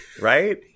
Right